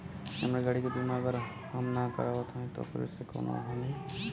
हमरे गाड़ी क बीमा अगर हम ना करावत हई त ओकर से कवनों हानि?